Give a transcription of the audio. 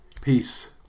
Peace